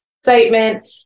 excitement